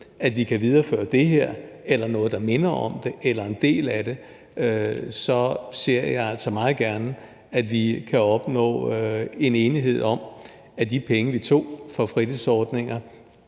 at vi kan videreføre det her eller noget, der minder om det, eller en del af det, så ser jeg altså meget gerne, at vi kan opnå enighed om, at de penge, vi tog – som nogle